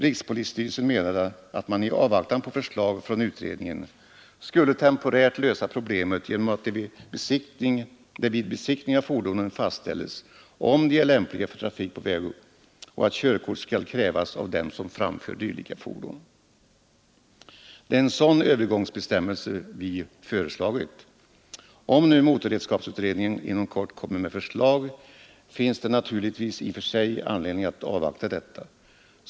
Rikspolisstyrelsen menade att man i avvaktan på förslag från utredningen skulle temporärt lösa problemet genom att det vid besiktning av fordonen fastställs om de är lämpliga för trafik på väg och att körkort skall krävas av dem som framför dylika fordon. Det är en sådan övergångsbestämmelse vi har föreslagit. Om nu motorredskapsutredningen inom kort kommer med förslag finns det naturligtvis i och för sig anledning att avvakta detta.